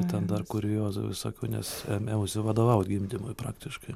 ten dar kuriozų visokių nes ėmiausi vadovaut gimdymui praktiškai